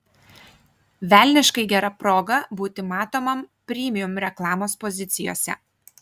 velniškai gera proga būti matomam premium reklamos pozicijose